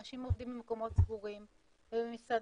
אנשים עובדים במקומות סגורים ובמסעדה,